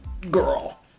girl